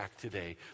today